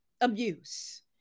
abuse